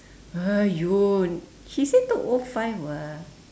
!aiyo! she say two O five [what]